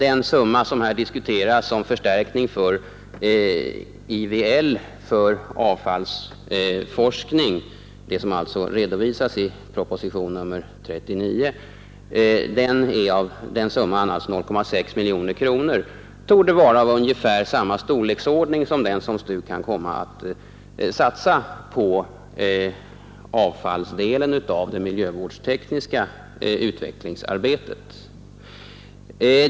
En förstärkning till IVL på 0,6 miljoner kronor som redovisas i propositionen 39 torde vara av ungefär samma storlek som det belopp STU kan komma att satsa på avfallsdelen av det miljövårdstekniska utvecklingsarbetet.